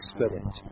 Spirit